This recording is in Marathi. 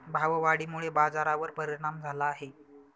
भाववाढीमुळे बाजारावर परिणाम झाला आहे